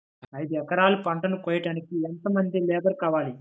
ఐదు ఎకరాల పంటను కోయడానికి యెంత మంది లేబరు కావాలి?